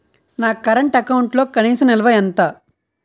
నా కరెంట్ అకౌంట్లో కనీస నిల్వ ఎంత?